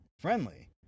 friendly